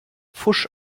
pfusch